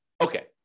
Okay